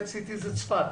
ה-Pet CT זה צפת.